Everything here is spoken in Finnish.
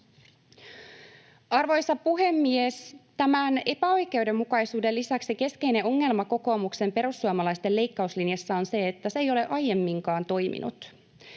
Arvoisa puhemies! Tämän epäoikeudenmukaisuuden lisäksi keskeinen ongelma kokoomuksen ja perussuomalaisten leikkauslinjassa on se, että se ei ole aiemminkaan toiminut.